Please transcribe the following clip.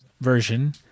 version